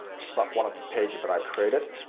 one of the pages that i created